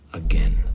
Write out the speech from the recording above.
again